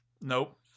Nope